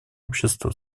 общества